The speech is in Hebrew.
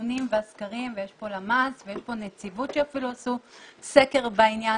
הנתונים והסקרים ויש פה למ"ס ויש פה נציבות שאפילו עשו סקר בעניין,